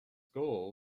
goal